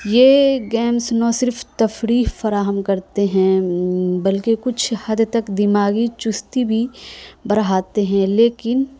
یہ گیمز نہ صرف تفریح فراہم کرتے ہیں بلکہ کچھ حد تک دماغی چستی بھی بڑھاتے ہیں لیکن